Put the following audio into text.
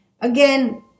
again